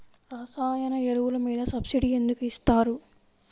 రసాయన ఎరువులు మీద సబ్సిడీ ఎందుకు ఇస్తారు?